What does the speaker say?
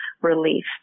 relief